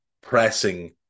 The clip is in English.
pressing